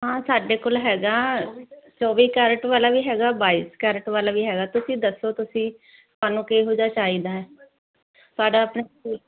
ਹਾਂ ਸਾਡੇ ਕੋਲ ਹੈਗਾ ਚੋਵੀ ਕੈਰਟ ਵਾਲਾ ਵੀ ਹੈਗਾ ਬਾਈ ਕੈਰਟ ਵਾਲਾ ਵੀ ਹੈਗਾ ਤੁਸੀਂ ਦੱਸੋ ਤੁਸੀਂ ਥਾਨੂੰ ਕਿਹੋ ਜਿਹਾ ਚਾਹੀਦਾ ਪਰ ਆਪਣੇ